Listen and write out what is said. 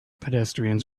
pedestrians